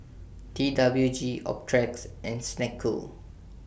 T W G Optrex and Snek Ku